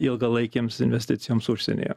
ilgalaikėms investicijoms užsienyje